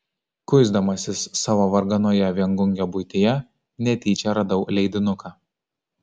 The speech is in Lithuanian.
kuisdamasis savo varganoje viengungio buityje netyčia radau leidinuką